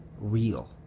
real